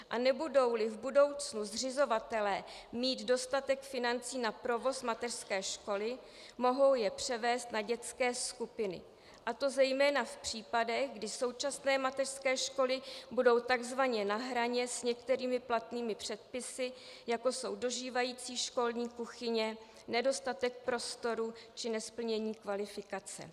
A nebudouli v budoucnu zřizovatelé mít dostatek financí na provoz mateřské školy, mohou je převést na dětské skupiny, a to zejména v případech, kdy současné mateřské školy budou takzvaně na hraně s některými platnými předpisy, jako jsou dožívající školní kuchyně, nedostatek prostoru či nesplnění kvalifikace.